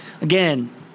again